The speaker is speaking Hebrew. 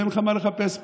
ואין לך מה לחפש פה,